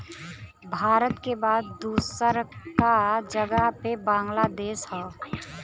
भारत के बाद दूसरका जगह पे बांग्लादेश हौ